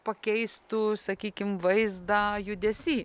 pakeistų sakykim vaizdą judesy